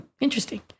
interesting